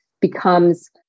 becomes